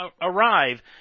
arrive